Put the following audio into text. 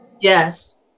Yes